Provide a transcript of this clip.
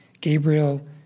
Gabriel